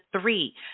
three